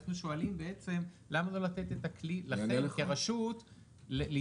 אנחנו שואלים למה לא לתת לכם כרשות את הכלי